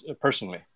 personally